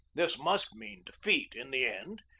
this must mean defeat in the end,